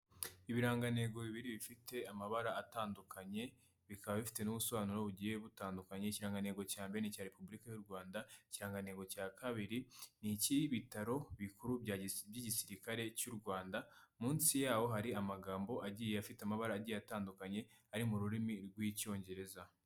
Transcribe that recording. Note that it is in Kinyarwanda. Ibirangantego bibiri bifite amabara atandukanye, bikaba bifite n'ubusobanuro bugiye butandukanye n'ikirangantego cya mbere cya Repubulika y'Urwanda ikirangantengo cya kabiri n icy'ibitaro bikuru by'igisirikare cy'Urwanda munsi yaho hari amagambo agiye afite amabara atandukanye ari mu rurimi rw'icyongereza.